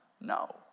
No